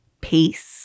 Peace